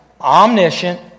omniscient